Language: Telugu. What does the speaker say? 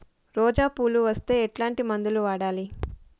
రోజా పువ్వులు వస్తే ఎట్లాంటి మందులు వాడాలి?